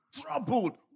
troubled